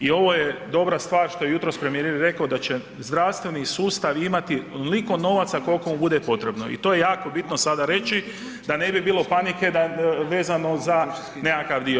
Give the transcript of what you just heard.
I ovo je dobra stvar što je jutros premijer i rekao da će zdravstveni sustav imati onoliko novaca kolko mu bude potrebno i to je jako bitno sada reći da ne bi bilo panike vezano za nekakav dio.